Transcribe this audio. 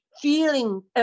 feeling